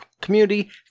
community